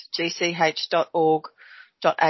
gch.org.au